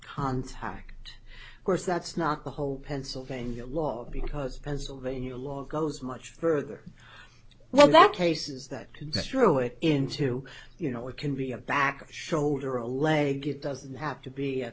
contact course that's not the whole pennsylvania law because pennsylvania law goes much further well that cases that that's true it into you know it can be a back shoulder a leg it doesn't have to be